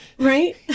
Right